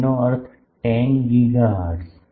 તેનો અર્થ 10 ગીગાહર્ટ્ઝ